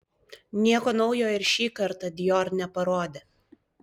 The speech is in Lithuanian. nieko naujo ir šį kartą dior neparodė